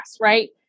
right